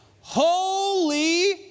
Holy